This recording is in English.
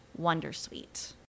Wondersuite